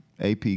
AP